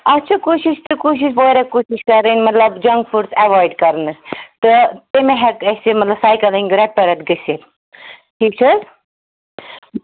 اَتھ چھےٚ کوٗشش تہٕ کوٗشش واریاہ کوٗشش کَرٕنۍ مَطلَب جنٛک فُڈٕس اٮ۪وایِڈ کَرنَس تہٕ تیٚلہِ مَہ ہٮ۪کہِ اَسہِ یہِ مطلب سایکَلِنٛگ رٮ۪تہٕ پَتہٕ رٮ۪تہٕ گٔژھِتھ ٹھیٖک چھِ حظ